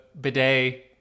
bidet